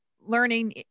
learning